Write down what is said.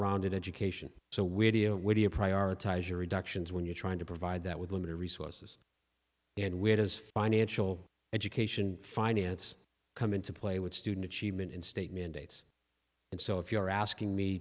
rounded education so where do you do you prioritize your reductions when you're trying to provide that with limited resources and we had as financial education finance come into play with student achievement in state mandates and so if you're asking me